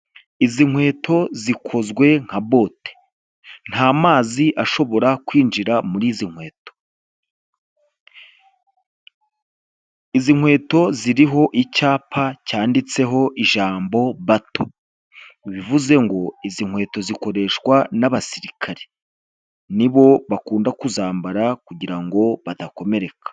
Izi nkweto zikozwe nka bote, nta mazi ashobora kwinjira muri izi nkweto, izi nkweto ziriho icyapa cyanditseho ijambo "Bato" bivuze ngo izi nkweto zikoreshwa n'abasirikare, ni bo bakunda kuzambara kugira ngo badakomereka.